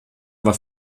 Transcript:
war